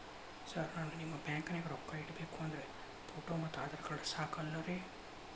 Sir ನಾನು ನಿಮ್ಮ ಬ್ಯಾಂಕನಾಗ ರೊಕ್ಕ ಇಡಬೇಕು ಅಂದ್ರೇ ಫೋಟೋ ಮತ್ತು ಆಧಾರ್ ಕಾರ್ಡ್ ಸಾಕ ಅಲ್ಲರೇ?